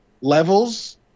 levels